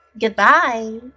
goodbye